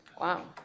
Wow